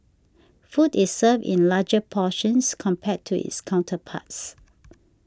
food is served in larger portions compared to its counterparts